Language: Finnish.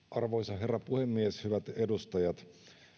arvoisa herra puhemies hyvät edustajat